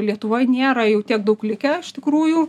lietuvoj nėra jau tiek daug likę iš tikrųjų